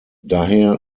daher